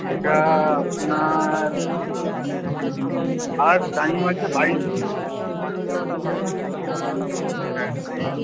ওটা আপনার আর টাইম আছে বাইশ দিন হ্যাঁ